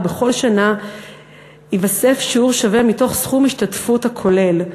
ובכל שנה ייווסף שיעור שווה מתוך סכום השתתפות כולל,